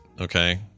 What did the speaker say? okay